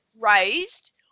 raised